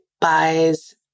buys